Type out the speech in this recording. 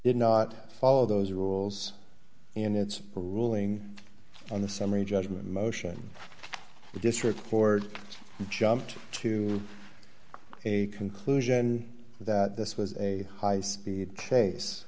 did not follow those rules in its ruling on the summary judgment motion the district board jumped to a conclusion that this was a high speed chase